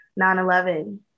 9-11